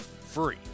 free